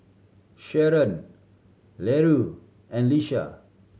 Sharon Larue and Leisha